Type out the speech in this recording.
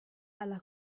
alla